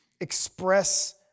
express